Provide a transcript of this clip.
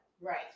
Right